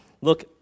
Look